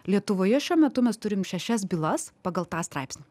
lietuvoje šiuo metu mes turim šešias bylas pagal tą straipsnį